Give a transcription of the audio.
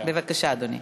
בבקשה, אדוני.